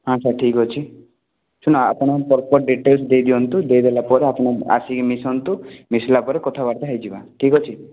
ହଁ ସାର୍ ଠିକ୍ ଅଛି ଶୁଣ ଆପଣ ପ୍ରପର୍ ଡିଟେ ଦେଇଦିଅନ୍ତୁ ଦେଇ ଦେଲା ପରେ ଆପଣ ଆସିକି ମିଶନ୍ତୁ ମିଶିଲା ପରେ କଥାବାର୍ତ୍ତା ହେଇଯିବା ଠିକ୍ ଅଛି